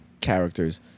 characters